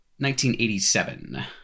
1987